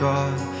God